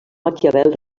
maquiavel